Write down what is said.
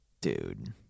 Dude